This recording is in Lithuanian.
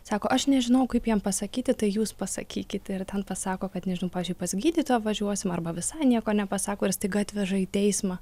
sako aš nežinau kaip jam pasakyti tai jūs pasakykit ir ten pasako kad nežinau pavyzdžiui pas gydytoją važiuosim arba visai nieko nepasako ir staiga atveža į teismą